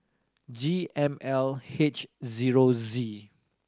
G M L H zero Z